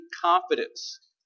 confidence